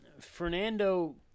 Fernando